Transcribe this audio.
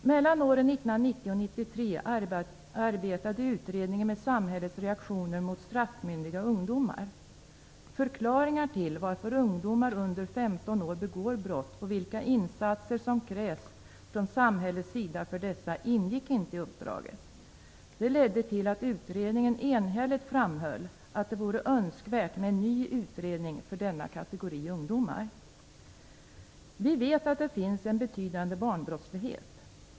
Mellan åren 1990 och 1993 arbetade utredningen med samhällets reaktioner mot straffmyndiga ungdomar. Förklaringar till varför ungdomar under 15 år begår brott och vilka insatser som krävs från samhällets sida för dessa ingick inte i uppdraget. Det ledde till att utredningen enhälligt framhöll att det vore önskvärt med en ny utredning för denna kategori ungdomar. Vi vet att det finns en betydande barnbrottslighet.